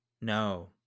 No